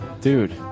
dude